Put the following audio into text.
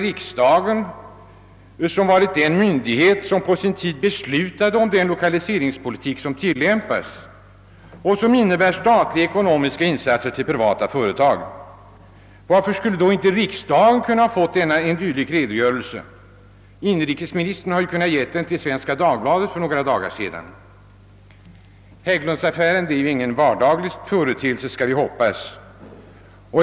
Riksdagen är ju ändå den myndighet som på sin tid beslöt om den lokaliseringspolitik som tillämpas och som innebär att staten gör ekonomiska insatser i privata företag. Varför skulle då inte riksdagen ha kunnat få en sådan redogörelse? Inrikesministern har ju givit den till exempelvis Svenska Dagbladet. Hägglundsaffären är ju ändå ingen vardaglig företeelse, får vi hoppas.